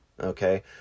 Okay